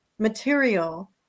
material